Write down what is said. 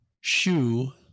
shoe